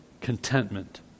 contentment